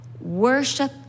Worship